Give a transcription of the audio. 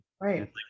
right